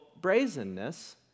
brazenness